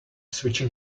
switch